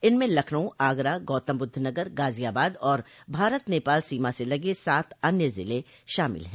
इनमें लखनऊ आगरा गौतमबुद्धनगर गाजियाबाद और भारत नेपाल सीमा से लगे सात अन्य जिले शामिल हैं